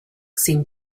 seemed